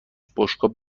بشقاب